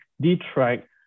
detract